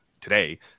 today